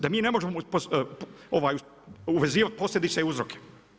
Da mi ne možemo uvezivat posljedice i uzroke.